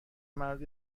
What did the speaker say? مرد